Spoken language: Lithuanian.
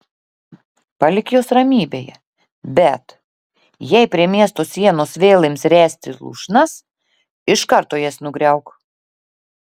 palik juos ramybėje bet jei prie miesto sienos vėl ims ręsti lūšnas iš karto jas nugriauk